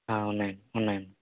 ఉన్నాయండి ఉన్నాయి